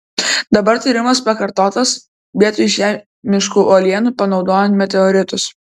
dabar tyrimas pakartotas vietoj žemiškų uolienų panaudojant meteoritus